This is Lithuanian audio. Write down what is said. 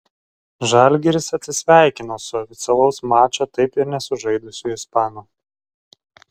žalgiris atsisveikino su oficialaus mačo taip ir nesužaidusiu ispanu